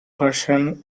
version